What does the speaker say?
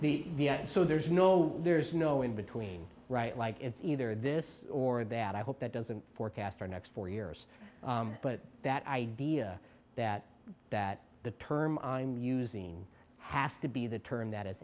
yeah the so there's no there's no in between right like it's either this or that i hope that doesn't forecast our next four years but that idea that that the term i'm using has to be the term that